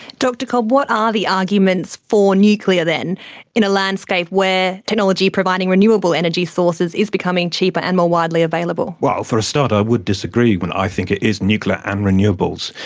dr cobb, what are the arguments for nuclear then in a landscape where technology providing renewable energy sources is becoming cheaper and more widely available? well, for a start i would disagree, i think it is nuclear and renewables.